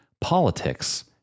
politics